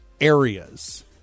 areas